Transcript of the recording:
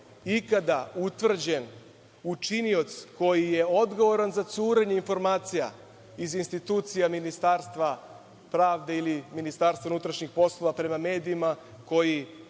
ikada utvrđen učinilac koji je odgovoran za curenje informacija iz institucija Ministarstva pravde ili Ministarstva unutrašnjih poslova prema medijima koji,